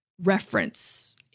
reference